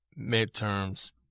midterms